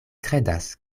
kredas